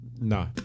No